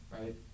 right